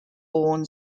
born